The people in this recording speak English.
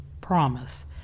promise